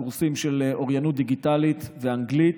קורסים של אוריינות דיגיטלית ואנגלית.